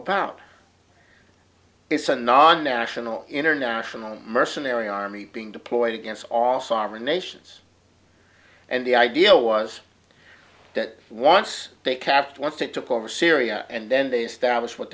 about it's a non national international mercenary army being deployed against all sovereign nations and the idea was that once they capped once they took over syria and then they stablish what